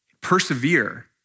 persevere